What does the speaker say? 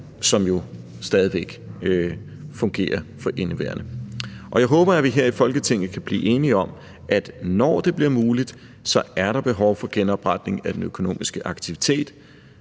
stadig væk fungerer. Og jeg håber, at vi her i Folketinget kan blive enige om, at når det bliver muligt, er der behov for genopretning af den økonomiske aktivitet,